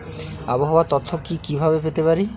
আবহাওয়ার তথ্য কি কি ভাবে পেতে পারি?